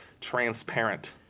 transparent